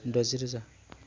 द'जि रोजा